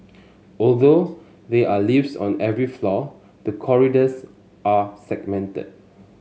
although they are lifts on every floor the corridors are segmented